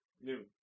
Noon